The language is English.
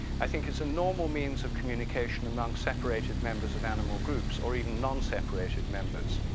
i think it's a normal means of communication among separated members of animal groups or even non-separated members.